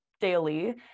daily